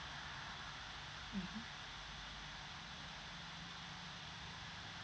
mmhmm